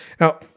Now